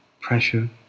pressure